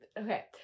Okay